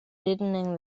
deadening